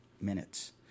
minutes